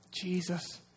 Jesus